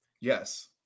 Yes